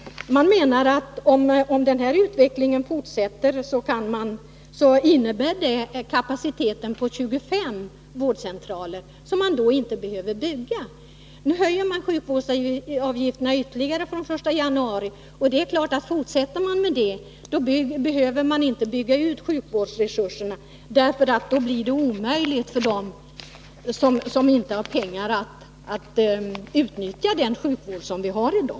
Man menar att om denna utveckling fortsätter innebär den att 25 vårdcentraler inte behöver byggas. Nu höjs sjukvårdsavgifterna ytterligare från den 1 januari, och fortsätter man på den vägen behöver man naturligtvis inte bygga ut sjukvården därför att då blir det omöjligt för dem som inte har pengar att utnyttja den sjukvård som vi har i dag.